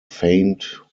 faint